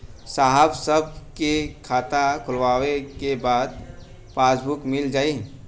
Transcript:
साहब कब ले खाता खोलवाइले के बाद पासबुक मिल जाई?